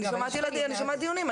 אני שומעת דיונים,